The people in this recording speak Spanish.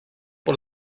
por